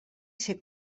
ser